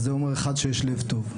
אז זה אומר אחד שיש לב טוב,